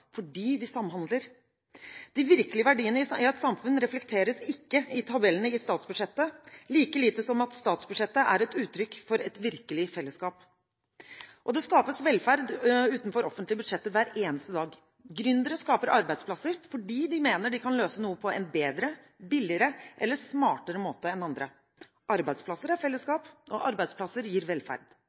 fordi vi samhandler. De virkelige verdiene i et samfunn reflekteres ikke i tabellene i statsbudsjettet – like lite som at statsbudsjettet er et uttrykk for et virkelig fellesskap. Det skapes velferd utenfor offentlige budsjetter hver eneste dag. Gründere skaper arbeidsplasser fordi de mener de kan løse noe på en bedre, billigere eller smartere måte enn andre. Arbeidsplasser er fellesskap, og arbeidsplasser gir velferd.